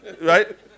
Right